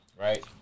Right